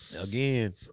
Again